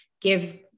give